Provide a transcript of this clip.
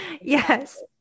Yes